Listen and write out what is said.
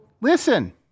Listen